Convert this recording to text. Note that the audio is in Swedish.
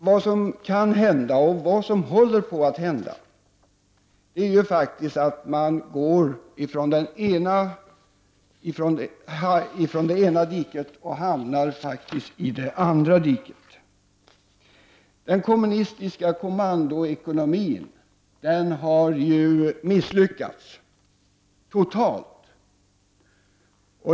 Vad som kan hända och faktiskt håller på att hända är att man tar sig upp ur det ena diket och hamnar i det andra diket. Den kommunistiska kommandoekonomin har misslyckats totalt.